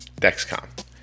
Dexcom